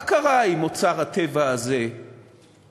מה קרה עם אוצר הטבע הזה מאז?